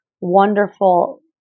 wonderful